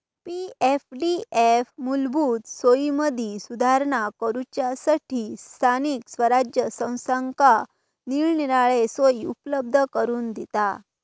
पी.एफडीएफ मूलभूत सोयींमदी सुधारणा करूच्यासठी स्थानिक स्वराज्य संस्थांका निरनिराळे सोयी उपलब्ध करून दिता